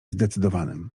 zdecydowanym